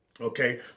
Okay